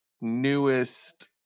newest